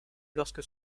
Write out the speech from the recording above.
lorsque